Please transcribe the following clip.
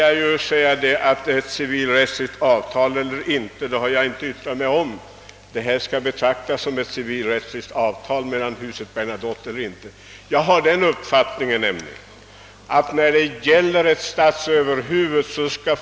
Jag har inte yttrat mig om huruvida vår nuvarande successionsordning skall betraktas som ett civilrättsligt avtal med huset Bernadotte — det var herr Cassel som tog upp den frågan gentemot herr Adamsson.